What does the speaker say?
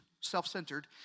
Self-centered